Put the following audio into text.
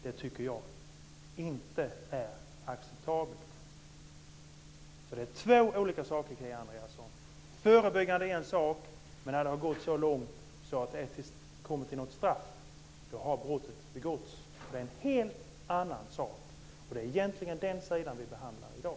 Det tycker jag inte är acceptabelt. Det är två olika saker, Kia Andreasson. Det förebyggande är en sak, men när det har gått så långt att det kommer till ett straff har brottet redan begåtts. Det är en helt annan sak, och det är egentligen den sidan vi behandlar i dag.